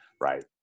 right